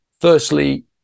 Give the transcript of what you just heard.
firstly